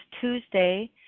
Tuesday